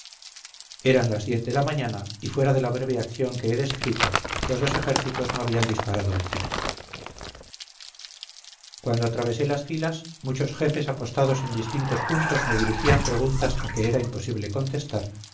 eran las diez de la mañana y fuera de la breve acción que he descrito los dos ejércitos no habían disparado un tiro cuando atravesé las filas muchos jefes apostados en distintos puntos me dirigían preguntas a que era imposible contestar